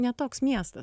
ne toks miestas